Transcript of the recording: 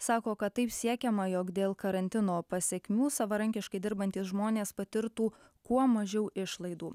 sako kad taip siekiama jog dėl karantino pasekmių savarankiškai dirbantys žmonės patirtų kuo mažiau išlaidų